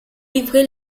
livré